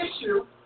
issue